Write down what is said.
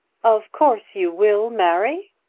of course you will marry?